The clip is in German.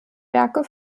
werke